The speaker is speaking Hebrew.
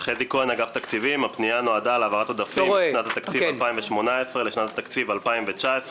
הפנייה נועדה להעברת עודפים משנת התקציב 2018 לשנת התקציב 2019,